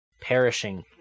perishing